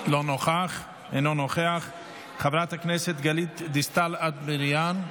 אינו נוכח, חברת הכנסת גלית דיסטל אטבריאן,